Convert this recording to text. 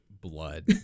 blood